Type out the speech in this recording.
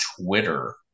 Twitter